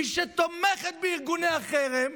מי שתומכת בארגוני החרם.